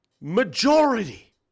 majority